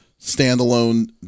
standalone